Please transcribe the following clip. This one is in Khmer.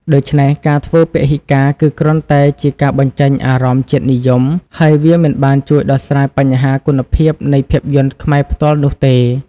ដូច្នេះ ការធ្វើពហិការគឺគ្រាន់តែជា ការបញ្ចេញអារម្មណ៍ជាតិនិយម ហើយវាមិនបានជួយដោះស្រាយបញ្ហាគុណភាពនៃភាពយន្តខ្មែរផ្ទាល់នោះទេ។